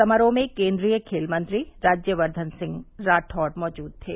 समारोह में केंद्रीय खेल मंत्री राज्यवर्धन सिंह राठौड़ मौजूद थे